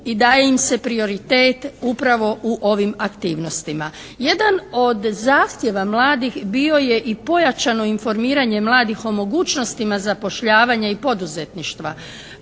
i daje im se prioritet upravo u ovim aktivnostima. Jedan od zahtjeva mladih bio je i pojačano informiranje mladih o mogućnostima zapošljavanja i poduzetništva.